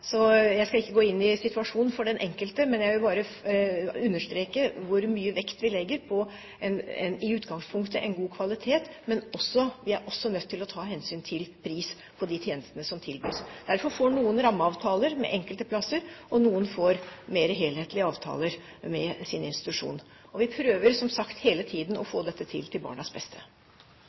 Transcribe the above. Jeg skal ikke gå inn i situasjonen for den enkelte, men jeg vil bare understreke hvor mye vekt vi i utgangspunktet legger på god kvalitet, men vi er også nødt til å ta hensyn til pris på de tjenestene som tilbys. Derfor får noen rammeavtaler med enkelte plasser, og andre får mer helhetlige avtaler med sin institusjon. Vi prøver som sagt hele tiden å få dette til til barnas beste.